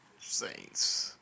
Saints